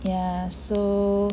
ya so